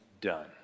done